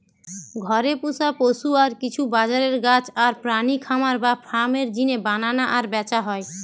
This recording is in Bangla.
ঘরে পুশা পশু আর কিছু বাজারের গাছ আর প্রাণী খামার বা ফার্ম এর জিনে বানানা আর ব্যাচা হয়